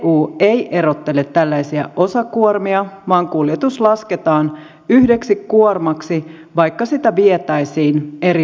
eu ei erottele tällaisia osakuormia vaan kuljetus lasketaan yhdeksi kuormaksi vaikka sitä vietäisiin eri paikkoihin